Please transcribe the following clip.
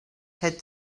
had